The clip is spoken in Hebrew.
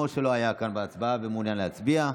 או שלא היה כאן בהצבעה ומעוניין להצביע?